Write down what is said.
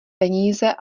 peníze